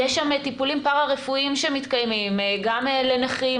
יש שם טיפולים פרא-רפואיים שמתקיימים גם לנכים,